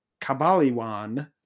Kabaliwan